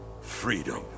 freedom